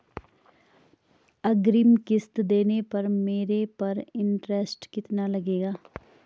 अग्रिम किश्त देने पर मेरे पर इंट्रेस्ट कितना लगेगा?